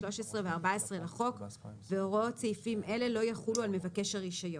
(13) ו-(14) לחוק זה והוראות סעיפים אלה לא יחולו על מבקש הרישיון.